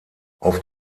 auf